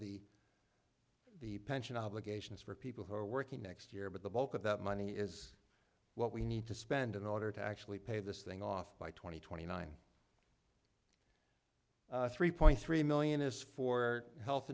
the the pension obligations for people who are working next year but the bulk of that money is what we need to spend in order to actually pay this thing off by two thousand and twenty nine three point three million is for health